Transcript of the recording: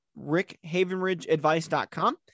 rickhavenridgeadvice.com